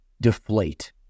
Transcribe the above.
deflate